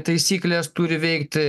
taisyklės turi veikt